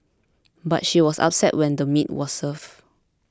but she was upset when the meat was served